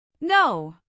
No